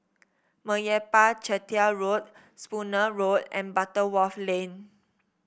Meyappa Chettiar Road Spooner Road and Butterworth Lane